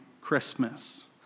Christmas